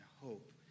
hope